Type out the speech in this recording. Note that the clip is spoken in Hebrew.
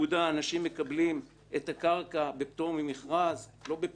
אנשים מקבלים את הקרקע בפטור ממכרז לא בפטור,